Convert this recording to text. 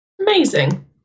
Amazing